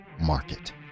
market